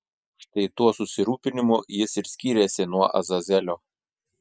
štai tuo susirūpinimu jis ir skyrėsi nuo azazelio